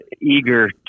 eager